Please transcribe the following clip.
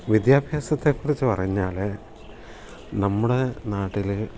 വിദ്യാഭ്യാസത്തെക്കുറിച്ചു പറഞ്ഞാൽ നമ്മുടെ നാട്ടിൽ